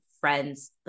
friend's